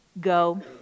go